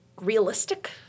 realistic